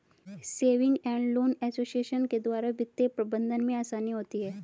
saving and loan association के द्वारा वित्तीय प्रबंधन में आसानी होती है